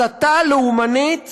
הסתה לאומנית